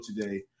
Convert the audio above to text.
today